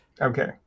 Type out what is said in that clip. Okay